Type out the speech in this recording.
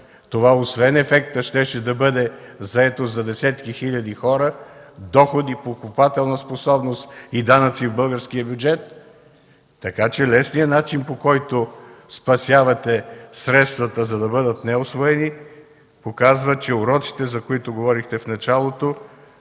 това освен ефекта, щеше да бъде заетост за десетки хиляди хора, доходи, покупателна способност и данъци в българския бюджет. Така че лесният начин, по който спасявате средствата, за да бъдат усвоени, показва, че уроците, за които говорихте в началото,